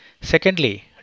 Secondly